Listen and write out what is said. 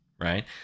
right